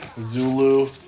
Zulu